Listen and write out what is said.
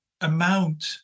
amount